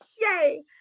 yay